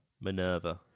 Minerva